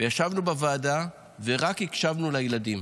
ישבנו בוועדה ורק הקשבנו לילדים.